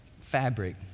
fabric